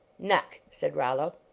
nuck, said rollo.